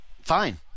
fine